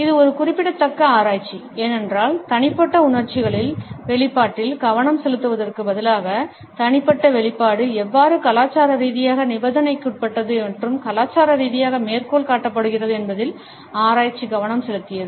இது ஒரு குறிப்பிடத்தக்க ஆராய்ச்சி ஏனென்றால் தனிப்பட்ட உணர்ச்சிகளின் வெளிப்பாட்டில் கவனம் செலுத்துவதற்குப் பதிலாக தனிப்பட்ட வெளிப்பாடு எவ்வாறு கலாச்சார ரீதியாக நிபந்தனைக்குட்பட்டது மற்றும் கலாச்சார ரீதியாக மேற்கோள் காட்டப்படுகிறது என்பதில் ஆராய்ச்சி கவனம் செலுத்தியுள்ளது